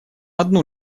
одну